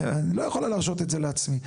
אני לא יכולה להרשות את זה לעצמי.